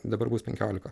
dabar bus penkiolika